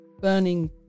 burning